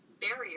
barrier